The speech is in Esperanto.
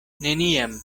neniam